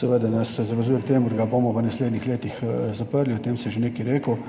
seveda zavezujejo k temu, da ga bomo v naslednjih letih zaprli, o tem sem že nekaj rekel.